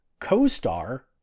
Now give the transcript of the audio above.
co-star